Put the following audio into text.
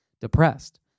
depressed